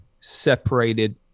separated